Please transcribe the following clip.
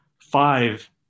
five